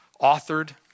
authored